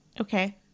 okay